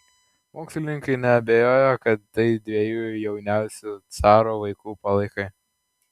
mokslininkai neabejojo kad tai dviejų jauniausių caro vaikų palaikai